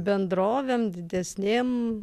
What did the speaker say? bendrovėm didesnėm